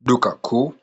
Duka kuu,